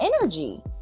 energy